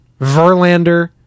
Verlander